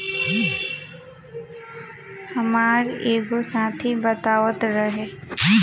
हामार एगो साथी बतावत रहे